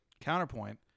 Counterpoint